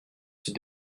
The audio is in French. c’est